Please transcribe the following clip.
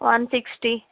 one sixty